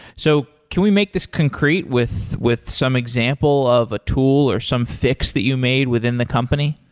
so can we make this concrete with with some example of a tool or some fix that you made within the company?